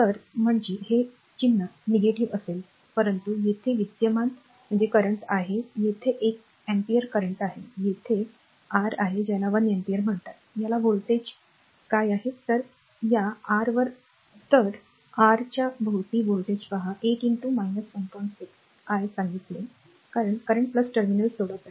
तर म्हणजे हे चिन्ह नकारात्मक असेल परंतु येथे विद्यमान आहे येथे एक अॅम्पीयर करंट आहे येथे आर आहे ज्याला 1 अँपिअर म्हणतातआता व्होल्टेज काय आहे जर या आर वर आला तर या आर च्या भोवती व्होल्टेज पहा 8 1 6 I सांगितले कारण करंट टर्मिनल सोडत आहे